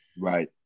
Right